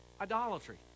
Idolatry